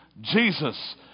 jesus